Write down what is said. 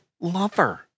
lover